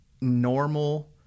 normal